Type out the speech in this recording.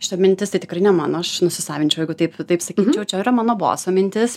šita mintis tai tikrai ne mano aš nusisavinčiau jeigu taip taip sakyčiau čia yra mano boso mintis